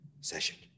session